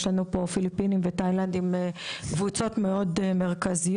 יש לנו פה פיליפינים ותאילנדים הם קבוצות מאוד מרכזיות,